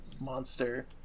monster